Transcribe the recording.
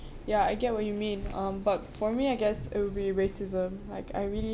ya I get what you mean um but for me I guess it will be racism like I really